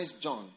John